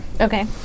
Okay